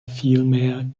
vielmehr